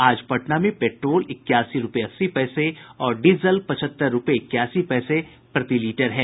आज पटना में पेट्रोल इक्यासी रूपये अस्सी पैसे और डीजल पचहत्तर रूपये इक्यासी पैसे प्रति लीटर है